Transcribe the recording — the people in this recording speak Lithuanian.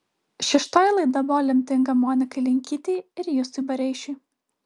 šeštoji laida buvo lemtinga monikai linkytei ir justui bareišiui